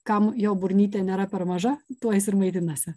kam jo burnytė nėra per maža tu jis ir maitinasi